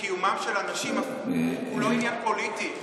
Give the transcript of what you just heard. וקיומם של אנשים הוא לא עניין פוליטי,